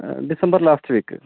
ആ December last week